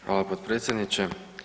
Hvala potpredsjedniče.